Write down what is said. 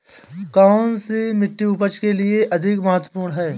कौन सी मिट्टी उपज के लिए अधिक महत्वपूर्ण है?